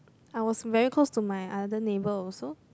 I was very close to my other neighbour also